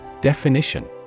Definition